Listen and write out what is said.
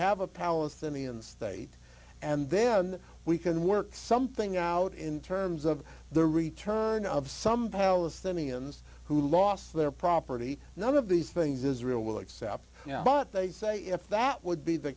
have a palestinian state and then we can work something out in terms of the return of some palestinians who lost their property none of these things israel will accept but they say if that would be the